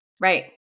Right